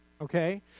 okay